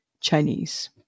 Chinese